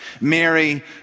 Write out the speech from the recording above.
Mary